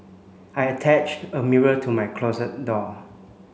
I attached a mirror to my closet door